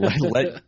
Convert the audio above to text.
let